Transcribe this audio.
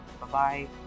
bye-bye